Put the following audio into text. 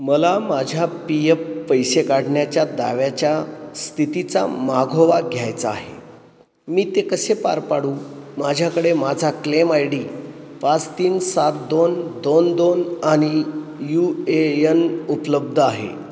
मला माझ्या P F पैसे काढण्याच्या दाव्याच्या स्थितीचा मागोवा घ्यायचा आहे मी ते कसे पार पाडू माझ्याकडे माझा क्लेम आय डी पाच तीन सात दोन दोन दोन आणि यू ए यन उपलब्ध आहे